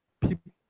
people